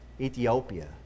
Ethiopia